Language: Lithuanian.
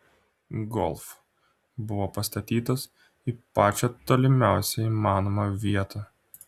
golf buvo pastatytas į pačią tolimiausią įmanomą vietą